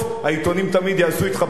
העיתונים תמיד יעשו אתך פשרה,